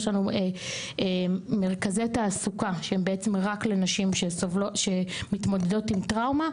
יש לנו מרכזי תעסוקה שהם בעצם רק לנשים שמתמודדות עם טראומה.